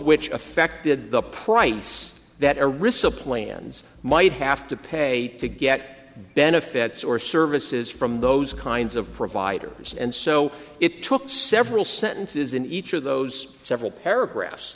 which affected the price that arisa plans might have to pay to get benefits or services from those kinds of providers and so it took several sentences in each of those several paragraphs